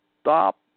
stop